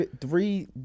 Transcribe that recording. three